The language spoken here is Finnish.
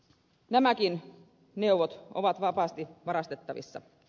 nämäkin neuvot ovat vapaasti varastettavissa